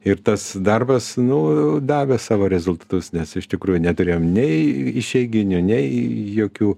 ir tas darbas nu davė savo rezultatus nes iš tikrųjų neturėjom nei išeiginių nei jokių